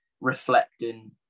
reflecting